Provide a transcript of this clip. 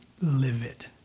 livid